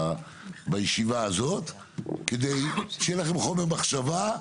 בישיבה הזאת כדי שיהיה לכם חומר מחשבה.